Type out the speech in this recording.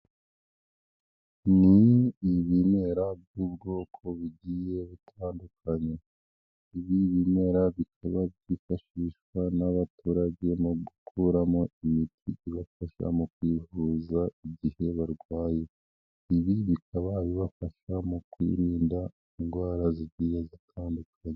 Ni ibimera by'ubwoko bugiye butandukanye. Ibi bimera bikaba byifashishwa n'abaturage mu gukuramo imiti ibafasha mu kwivuza igihe barwaye. Ibi bikaba bibafasha mu kwirinda indwara zigiye zitandukanye.